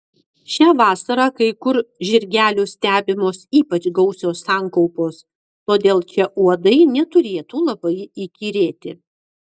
šią vasarą kai kur žirgelių stebimos ypač gausios sankaupos todėl čia uodai neturėtų labai įkyrėti